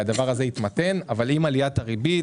עם עליית הריבית